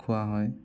খোৱা হয়